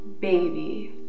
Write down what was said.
baby